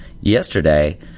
yesterday